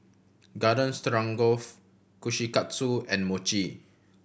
Garden Stroganoff Kushikatsu and Mochi